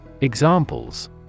Examples